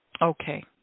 Okay